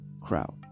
crowd